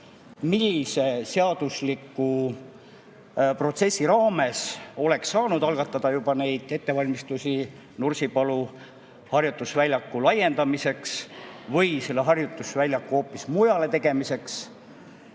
millise seadusliku protsessi raames oleks juba saanud algatada ettevalmistusi Nursipalu harjutusväljaku laiendamiseks või selle harjutusväljaku hoopis mujale tegemiseks. Ma